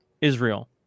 Israel